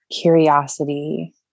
curiosity